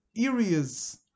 areas